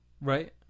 Right